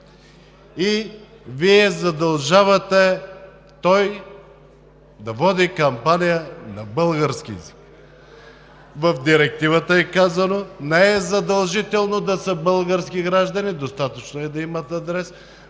и Вие задължавате той да води кампания на български език. В Директивата е казано, че не е задължително да са български граждани, достатъчно е да имат адрес